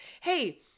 Hey